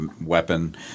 weapon